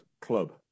club